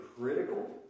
Critical